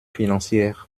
financières